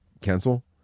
cancel